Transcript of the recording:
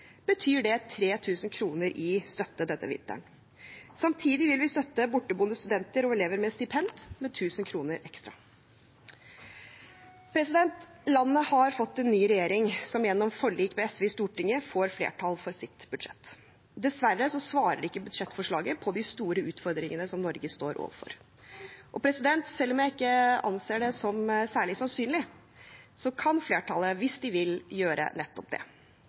betyr det 3 000 kr i støtte denne vinteren. Samtidig vil vi støtte borteboende studenter og elever med stipend med 1 000 kr ekstra. Landet har fått en ny regjering, som gjennom forlik med SV i Stortinget får flertall for sitt budsjett. Dessverre svarer ikke budsjettforslaget på de store utfordringene som Norge står overfor. Selv om jeg ikke anser det som særlig sannsynlig, kan flertallet, hvis de vil, gjøre nettopp det.